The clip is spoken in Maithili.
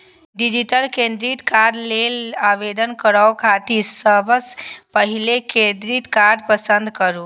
डिजिटली क्रेडिट कार्ड लेल आवेदन करै खातिर सबसं पहिने क्रेडिट कार्ड पसंद करू